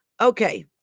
okay